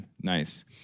nice